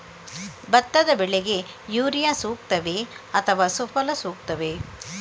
ಭತ್ತದ ಬೆಳೆಗೆ ಯೂರಿಯಾ ಸೂಕ್ತವೇ ಅಥವಾ ಸುಫಲ ಸೂಕ್ತವೇ?